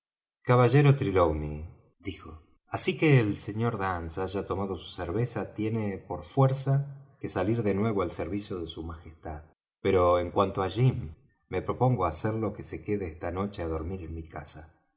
trelawney dijo así que el sr dance haya tomado su cerveza tiene por fuerza que salir de nuevo al servicio de su magestad pero en cuanto á jim me propongo hacerlo que se quede esta noche á dormir en mi casa